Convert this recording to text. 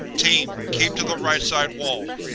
team, keep to the right-side wall.